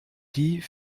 die